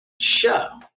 show